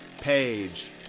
Page